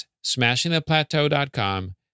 smashingtheplateau.com